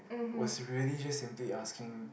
was really just simply asking